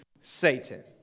Satan